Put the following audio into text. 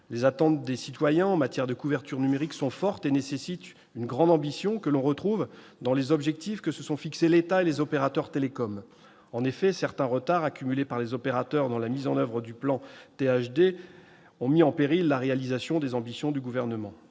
Les attentes des citoyens en matière de couverture numérique sont fortes et nécessitent une grande ambition, que l'on retrouve dans les objectifs que se sont fixés l'État et les opérateurs télécoms. En effet, certains retards accumulés par les opérateurs dans la mise en oeuvre du plan France très haut débit ont mis en péril la réalisation des ambitions du Gouvernement.